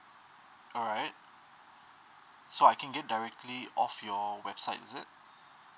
alright so I can get directly off your website is it